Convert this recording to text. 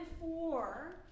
four